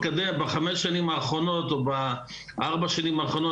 בחמש השנים האחרונות או ארבע השנים האחרונות,